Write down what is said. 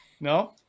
No